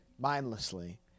Mindlessly